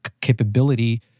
capability